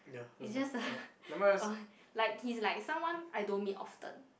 he's just a like like he's someone I don't meet often